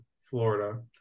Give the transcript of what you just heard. Florida